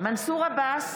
מנסור עבאס,